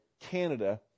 Canada